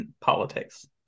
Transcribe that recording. politics